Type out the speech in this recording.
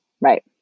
Right